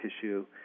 tissue